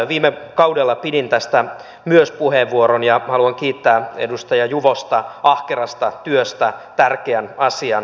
myös viime kaudella pidin tästä puheenvuoron ja haluan kiittää edustaja juvosta ahkerasta työstä tärkeän asian eteenpäinviemiseksi